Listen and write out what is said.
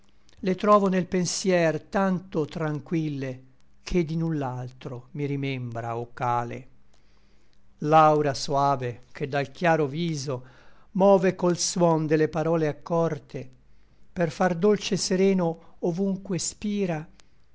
le trovo nel pensier tanto tranquille che di null'altro mi rimembra o cale l'aura soave che dal chiaro viso move col suon de le parole accorte per far dolce sereno ovunque spira